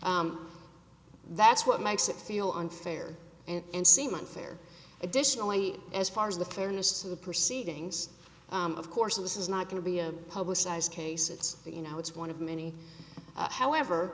that's what makes it feel unfair and seem unfair additionally as far as the fairness of the proceedings of course of this is not going to be a publicized case it's the you know it's one of many however